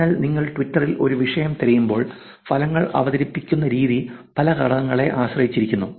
അതിനാൽ നിങ്ങൾ ട്വിറ്ററിൽ ഒരു വിഷയം തിരയുമ്പോൾ ഫലങ്ങൾ അവതരിപ്പിക്കുന്ന രീതി പല ഘടകങ്ങളെ ആശ്രയിച്ചിരിക്കുന്നു